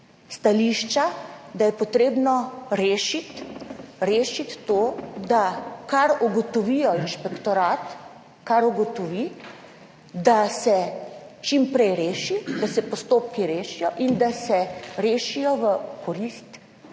stališča, da je treba rešiti to, da kar ugotovi inšpektorat, da se čim prej reši, da se postopki rešijo in da se rešijo v korist